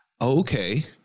Okay